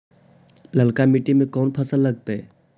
ललका मट्टी में कोन फ़सल लगतै?